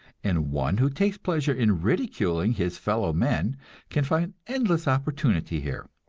and one who takes pleasure in ridiculing his fellow men can find endless opportunity here.